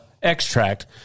Extract